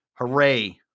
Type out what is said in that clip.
Hooray